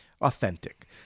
authentic